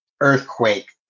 earthquake